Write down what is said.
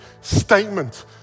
statement